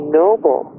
noble